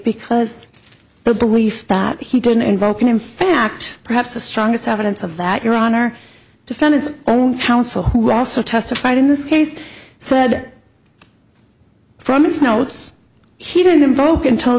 because the belief that he didn't invoke and in fact perhaps the strongest evidence of that your honor defendant's own counsel who also testified in this case said from its notes he didn't invoke until